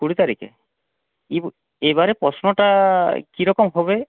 কুড়ি তারিখে ইব এবারে প্রশ্নটা কিরকম হবে